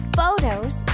photos